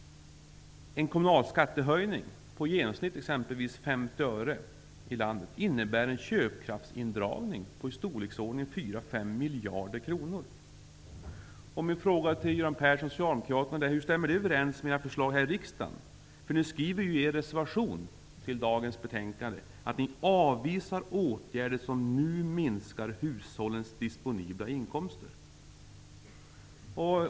En kommunalskattehöjning exempelvis på 50 öre i genomsnitt i landet innebär en köpkraftsindragning på i storleksordningen 4--5 miljarder kronor! Min fråga till Göran Persson och Socialdemokraterna är: Hur stämmer detta överens med era förslag här i riksdagen? Ni skriver ju i er reservation i det betänkande som nu behandlas att ni ''avvisar åtgärder som nu minskar hushållens disponibla inkomster''.